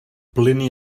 plini